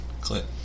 Clip